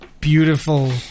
beautiful